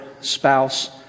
spouse